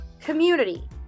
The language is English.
community